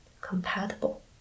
Compatible